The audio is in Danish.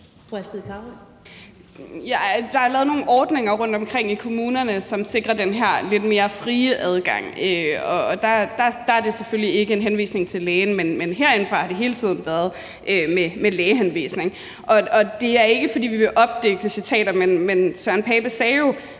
Der er lavet nogle ordninger rundtomkring i kommunerne, som sikrer den her lidt mere frie adgang, og der er det selvfølgelig ikke en henvisning til lægen, men herindefra har det hele tiden været med lægehenvisning. Og det er ikke, fordi vi vil opdigte citater, men Søren Pape Poulsen